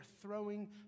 throwing